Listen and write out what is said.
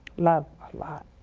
love a lot.